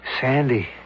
Sandy